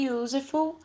useful